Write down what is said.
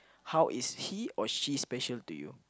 how is he or she special to you